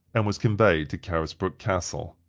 and was conveyed to carisbrooke castle.